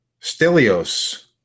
Stelios